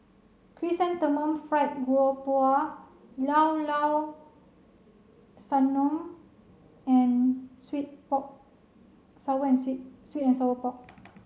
Chrysanthemum Fried Garoupa Llao Llao Sanum and sweet pork sour and sweet sweet and sour pork